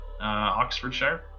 Oxfordshire